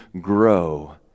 grow